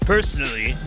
Personally